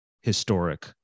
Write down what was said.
historic